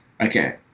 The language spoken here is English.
okay